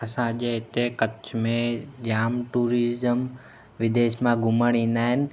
असांजे हिते कच्छ में जामु टूरिजम विदेश मां घुमणु ईंदा आहिनि